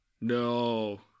No